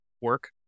work